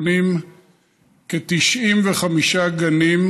בונה כ-95 גנים,